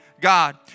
God